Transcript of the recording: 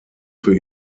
für